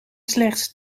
slechts